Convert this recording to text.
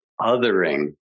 othering